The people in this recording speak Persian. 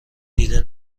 دیده